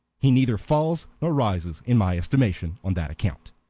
he neither falls nor rises in my estimation on that account.